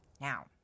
Now